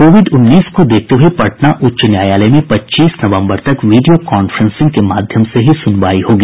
Covid उन्नीस को देखते हुए पटना उच्च न्यायालय में पच्चीस नवम्बर तक विडियो कांफ्रेंसिंग के माध्यम से ही सुनवाई होगी